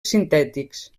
sintètics